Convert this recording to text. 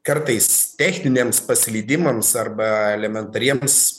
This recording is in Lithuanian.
kartais techniniams paslydimams arba elementariems